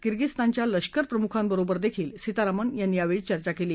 किर्गिस्तानच्या लष्कर प्रमुखांबरोबरही सीतारामन यांनी यावेळी चर्चा केली